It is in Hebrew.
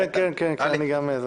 אין נמנעים,